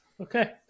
Okay